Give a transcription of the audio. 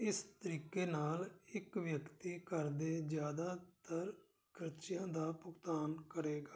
ਇਸ ਤਰੀਕੇ ਨਾਲ ਇੱਕ ਵਿਅਕਤੀ ਘਰ ਦੇ ਜ਼ਿਆਦਾਤਰ ਖਰਚਿਆਂ ਦਾ ਭੁਗਤਾਨ ਕਰੇਗਾ